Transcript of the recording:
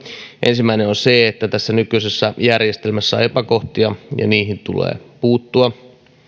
ensimmäinen on se että tässä nykyisessä järjestelmässä on epäkohtia ja niihin tulee puuttua